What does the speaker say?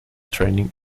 training